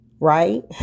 Right